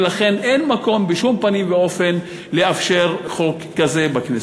ולכן אין מקום בשום פנים ואופן לאפשר לחוק כזה לעבור בכנסת.